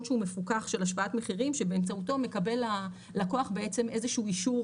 מפוקח של השוואת מחירים שבאמצעותו מקבל הלקוח איזה שהוא אישור